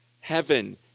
heaven